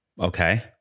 Okay